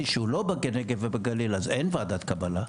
שהוא לא בנגב ובגליל אז אין ועדת קבלה,